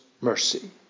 mercy